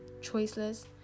choiceless